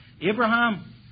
Abraham